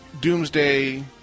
doomsday